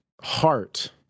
heart